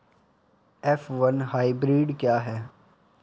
F one hybrid क्या है?